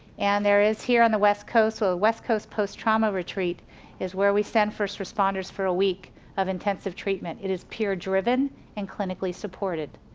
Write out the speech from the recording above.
and there is here on the west coast ah with coast post-trauma retreat is where we send first responders for a week of intensive treatment. it is peer-driven and clinically supported.